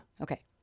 Okay